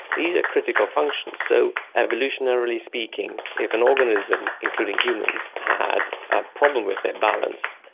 these are critical functions, so evolutionary speaking if an organism, including humans, had a problem with their balance,